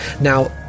Now